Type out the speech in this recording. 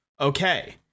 okay